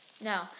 No